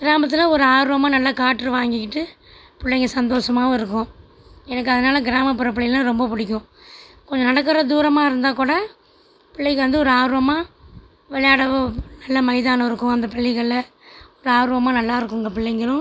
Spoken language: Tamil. கிராமத்தில் ஒரு ஆர்வமாக நல்லா காற்று வாங்கிகிட்டு பிள்ளைங்க சந்தோஷமாகவும் இருக்கும் எனக்கு அதனால் கிராமப்புற பிள்ளைங்கள்னால் ரொம்ப பிடிக்கும் கொஞ்சம் நடக்கிற தூரமாக இருந்தால் கூட பிள்ளைங்க வந்து ஒரு ஆர்வமாக விளையாடவும் நல்ல மைதானம் இருக்கும் அந்த பள்ளிகளில் ஒரு ஆர்வமாக நல்லா இருக்குங்க பிள்ளைங்களும்